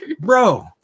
Bro